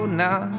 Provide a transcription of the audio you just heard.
now